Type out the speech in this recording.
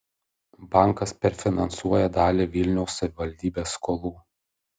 bankas perfinansuoja dalį vilniaus savivaldybės skolų